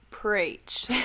preach